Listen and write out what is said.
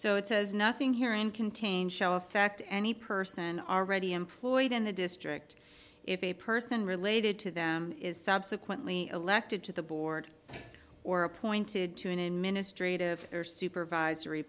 so it says nothing here and contains shall affect any person already employed in the district if a person related to them is subsequently elected to the board or appointed to an in ministry of or supervisory